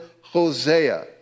Hosea